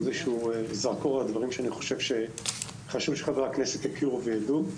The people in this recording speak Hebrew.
עם זרקור על דברים שאני סבור שחשוב שחברי הכנסת יכירו ויידעו.